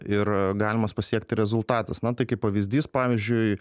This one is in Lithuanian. ir galimas pasiekti rezultatas na tai kaip pavyzdys pavyzdžiui